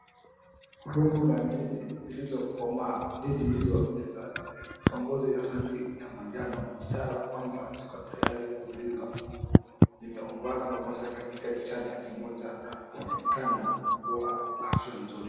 Rundu la ndizi zilizokomaa. Ndizi hizo ni za iko ngozi ya majano ishara kwamba ziko tayari kuliwa. Zimeungana pamoja katika kishada kimoja na kuoneka kuwa afya nzuri.